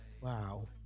Wow